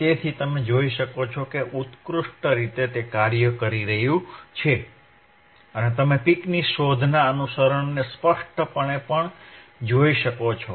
તેથી તમે જોઈ શકો છો કે તે ઉત્કૃષ્ટ રીતે કાર્ય કરી રહ્યું છે અને તમે પિકની શોધના અનુસરણને સ્પષ્ટપણે પણ જોઈ શકો છો